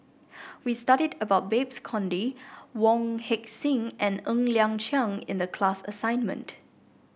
we studied about Babes Conde Wong Heck Sing and Ng Liang Chiang in the class assignment